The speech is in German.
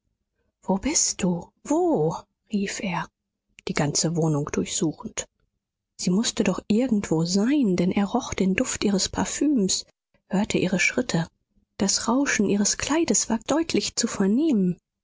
wo bist du wo rief er die ganze wohnung durchsuchend sie mußte doch irgendwo sein denn er roch den duft ihres parfüms hörte ihre schritte das rauschen ihres kleides war deutlich zu vernehmen